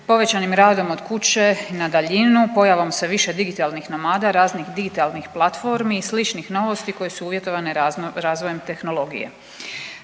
povećanim radom od kuće, na daljinu, pojavom sve više digitalnih nomada, raznih digitalnih platformi i sličnih novosti koje su uvjetovane razvojem tehnologije.